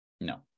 No